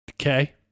Okay